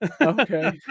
okay